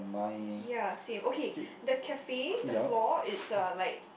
ya same okay the cafe the floor it's a like